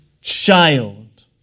child